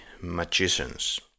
magicians